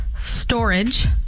Storage